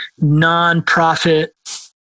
nonprofit